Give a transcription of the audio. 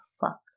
fuck